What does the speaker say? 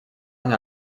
any